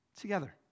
together